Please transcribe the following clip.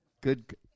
Good